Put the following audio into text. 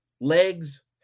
legs